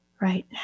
right